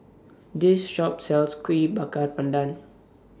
This Shop sells Kuih Bakar Pandan